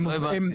לא הבנתי